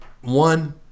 One